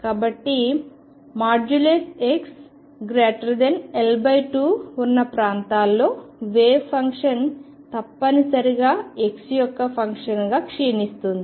కాబట్టి xL2 ఉన్న ప్రాంతాలలో వేవ్ ఫంక్షన్ తప్పనిసరిగా x యొక్క ఫంక్షన్గా క్షీణిస్తుంది